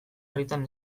orritan